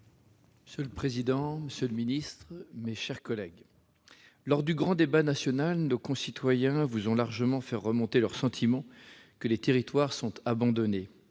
de l'intérieur. Monsieur le ministre, lors du grand débat national, nos concitoyens vous ont largement fait remonter leur sentiment que les territoires sont abandonnés